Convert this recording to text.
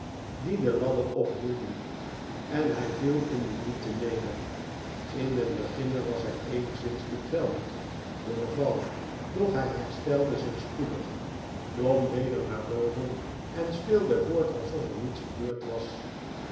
die de ladder ophielden en hij viel in de diepte neder in den beginne was hij eenigszins bedwelmd door den val doch hij herstelde zich spoedig klom weder naar boven en speelde voort alsof er niets gebeurd was